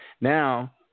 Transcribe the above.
now